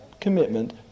commitment